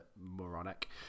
moronic